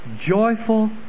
joyful